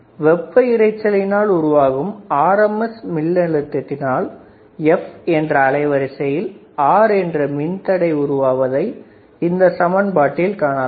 வெப்ப இரைச்சலினால் உருவாகும் RMS மின்அழுத்தத்தினால் F என்ற அலைவரிசையில் R என்ற மின்தடை உருவாவதை இந்த சமன்பாட்டில் காணலாம்